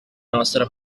nostra